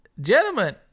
gentlemen